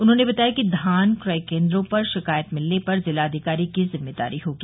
उन्होंने बताया कि धान क्रय कोन्द्रों पर शिकायत मिलने पर जिलाधिकारी की जिम्मेदारी होगी